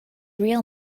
real